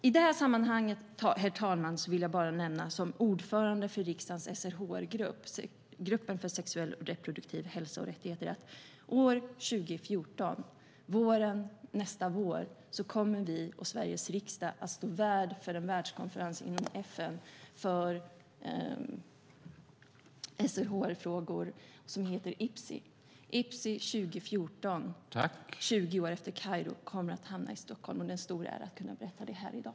I detta sammanhang, herr talman, vill jag som ordförande i riksdagens SRHR-grupp, gruppen för sexuell och reproduktiv hälsa och rättigheter, bara nämna att år 2014, nästa vår, kommer vi och Sveriges riksdag att stå värd för en världskonferens inom FN för SRHR-frågor som heter IPSI. IPSI 2014, 20 år efter Kairo, kommer att hamna i Stockholm, och det är en stor ära för mig att kunna berätta det här i dag.